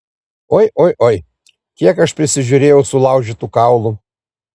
oi oi oi kiek aš prisižiūrėjau sulaužytų kaulų